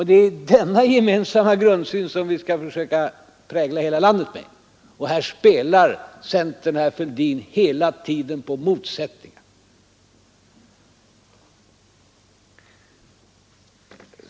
Det är denna gemensamma grundsyn som vi skall försöka prägla hela landet med. Men här spelar centern, herr Fälldin, hela tiden på motsättningar.